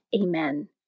Amen